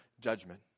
judgment